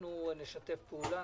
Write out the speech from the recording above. אנחנו נשתף פעולה.